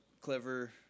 clever